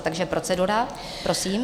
Takže procedura, prosím.